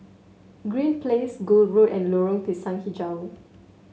Green Place Gul Road and Lorong Pisang hijau